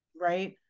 right